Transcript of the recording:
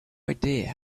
idea